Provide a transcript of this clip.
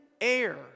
air